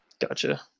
Gotcha